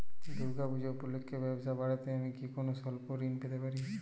দূর্গা পূজা উপলক্ষে ব্যবসা বাড়াতে আমি কি কোনো স্বল্প ঋণ পেতে পারি?